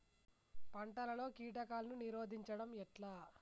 పంటలలో కీటకాలను నిరోధించడం ఎట్లా?